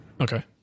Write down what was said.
Okay